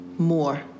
more